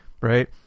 right